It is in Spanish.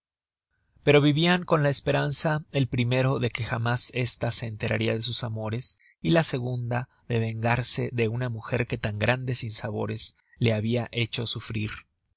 pero vivian con la esperanza el primero de que jamás esta se enteraria de sus amores y la segunda de vengarse de una mujer que tan grandes sinsabores la habia hecho sufrir